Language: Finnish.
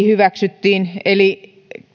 hyväksyttiin eli